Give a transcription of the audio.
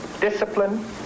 discipline